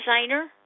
designer